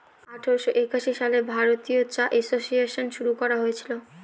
আঠারোশো একাশি সালে ভারতীয় চা এসোসিয়েসন শুরু করা হয়েছিল